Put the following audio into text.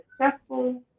successful